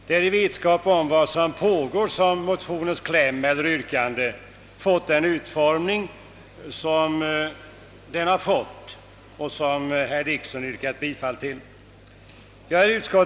Det är därför som motionens kläm fått denna utformning, som herr Dickson yrkat bifall till i reservationen.